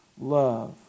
love